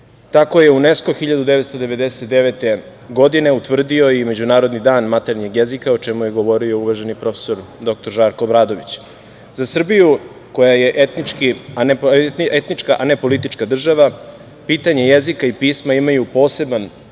Tako je UNESKO 1999. godine utvrdio i Međunarodni dan maternjeg jezika, o čemu je govorio uvaženi prof. dr Žarko Obradović.Za Srbiju koja je etnička, a ne politička država, pitanje jezika i pisma imaju poseban